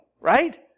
Right